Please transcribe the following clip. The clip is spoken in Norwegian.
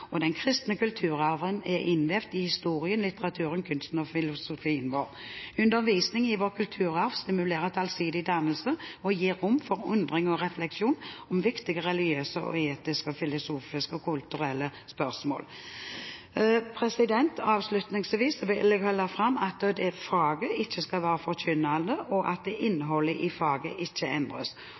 og den kristne kulturarven er innvevd i historien, litteraturen, kunsten og filosofien vår. Undervisning i vår kulturarv stimulerer til allsidig dannelse og gir rom for undring og refleksjon om viktige religiøse, etiske og filosofisk-kulturelle spørsmål. Avslutningsvis vil jeg framholde at faget ikke skal være forkynnende, og at innholdet i faget ikke endres.